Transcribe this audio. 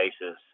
basis